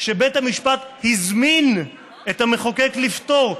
שבית המשפט הזמין את המחוקק לפתור,